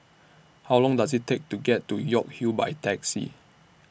How Long Does IT Take to get to York Hill By Taxi